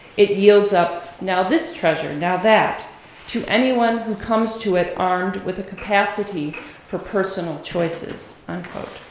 it yields up now this treasure, now that to anyone who comes to it armed with a capacity for personal choices, unquote.